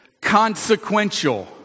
Consequential